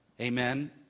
Amen